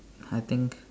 I think